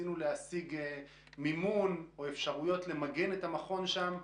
ניסינו להשיג מימון או אפשרויות למגן את המכון שם.